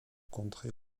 contrer